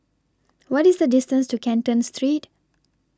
What IS The distance to Canton Street